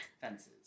Fences